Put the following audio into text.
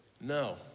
No